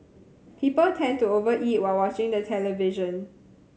people tend to over eat while watching the television